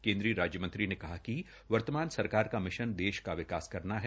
केंद्रीय राज्य मंत्री ने कहा कि वर्तमान सरकार का मिशन देश का विकास करना है